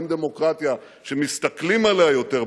אין דמוקרטיה שמסתכלים עליה יותר,